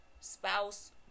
spouse